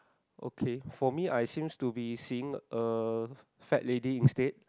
okay for me I seems to be seeing a fat lady instead